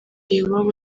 iwabo